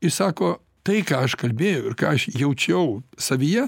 ir sako tai ką aš kalbėjau ir ką aš jaučiau savyje